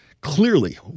clearly